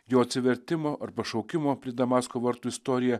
jo atsivertimo ar pašaukimo prie damasko vartų istorija